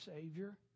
Savior